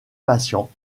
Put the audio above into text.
patients